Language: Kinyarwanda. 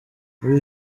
muri